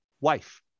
wife